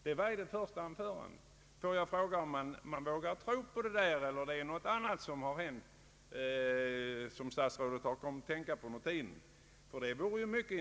Detta uttalande gjorde han i sitt första anförande Vågar man tro på detta, eller har någonting hänt som statsrådet kommit att tänka på under tiden?